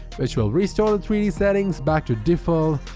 which will restart the three d settings back to default,